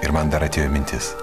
ir man dar atėjo mintis